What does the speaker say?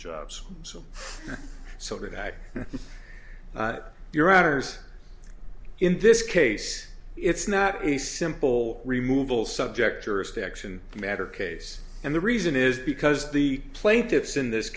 jobs so so that your honors in this case it's not a simple removal subject jurisdiction matter case and the reason is because the plaintiffs in this